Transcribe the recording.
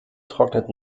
trocknet